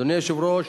אדוני היושב-ראש,